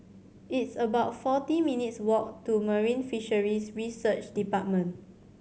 it's about forty minutes' walk to Marine Fisheries Research Department